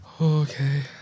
Okay